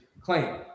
claim